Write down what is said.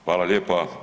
Hvala lijepa.